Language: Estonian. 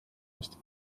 ostja